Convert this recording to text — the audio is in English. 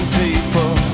people